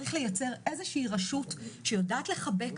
צריך ליצר איזושהי רשות שיודעת לחבק,